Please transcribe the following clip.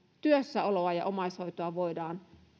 työssäoloa ja omaishoitoa voidaan